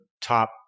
top